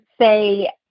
say